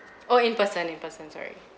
oh in person in person sorry